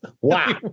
wow